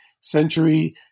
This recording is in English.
century